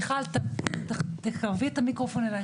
מיכל, תקרבי את המיקרופון אלייך.